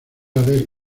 haber